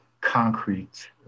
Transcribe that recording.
concrete